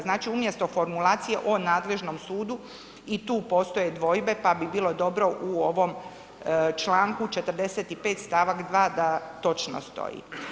Znači umjesto formulacije o nadležnom sudu, i tu postoje dvojbe pa bi bilo dobro u ovom članku 45. stavak 2. da točno stoji.